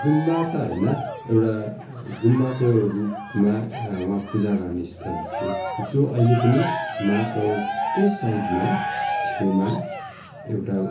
गुम्बा त होइन एउटा गुम्बाको रूपमा उहाँ पूजा गर्ने स्थल थियो जो अहिले पनि महाकालकै साइडमा छेउमा एउटा